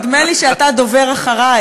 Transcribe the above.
נדמה לי שאתה דובר אחרי,